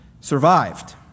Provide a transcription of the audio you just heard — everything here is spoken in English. survived